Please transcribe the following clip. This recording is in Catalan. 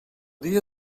dia